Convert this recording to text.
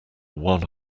one